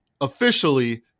officially